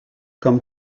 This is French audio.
comme